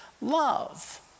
love